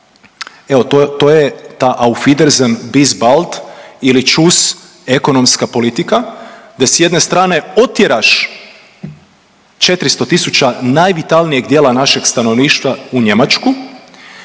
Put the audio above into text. Evo to je ta auf wiedersehen, bis bald ili tschuss ekonomska politika, da s jedne strane otjeraš 400 tisuća najvitalnijeg dijela našeg stanovništva u Njemačku.